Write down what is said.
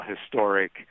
historic